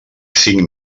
cinc